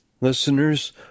listeners